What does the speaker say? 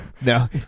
No